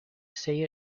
say